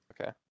Okay